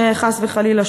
שחס וחלילה,